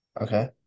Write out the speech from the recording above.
Okay